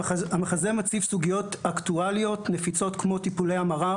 המחזה מציב סוגיות אקטואליות נפיצות כמו טיפולי המרה,